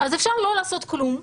אז אפשר לא לעשות כלום,